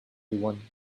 everyone